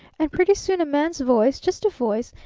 and pretty soon a man's voice just a voice,